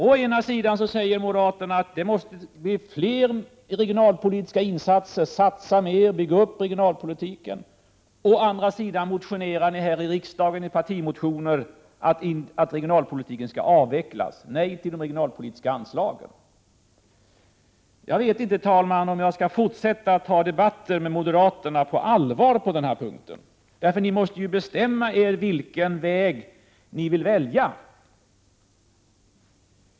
Å ena sidan säger moderaterna att det behövs fler regionalpolitiskainsatser: satsa mer, bygg upp regionalpolitiken. Å andra sidan motionerar de här i riksdagen i partimotioner om att regionalpolitiken skall avvecklas: nej till de regionalpolitiska anslagen! Jag vet inte, herr talman, om jag i fortsättningen skall ta debatterna med moderaterna på allvar på denna punkt. Moderaterna måste bestämma sig vilken väg de vill välja.